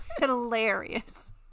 hilarious